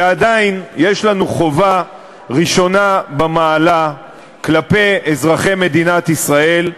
ועדיין יש לנו חובה ראשונה במעלה כלפי אזרחי מדינת ישראל,